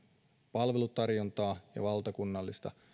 palvelutarjontaa ja valtakunnallista